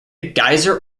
geyser